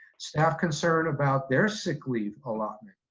staff concern about their sick leave allotment.